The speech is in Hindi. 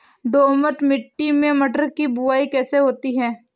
दोमट मिट्टी में मटर की बुवाई कैसे होती है?